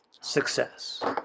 success